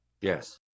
Yes